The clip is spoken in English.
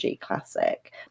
classic